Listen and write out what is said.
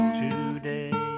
today